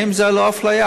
האם זה לא אפליה?